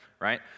Right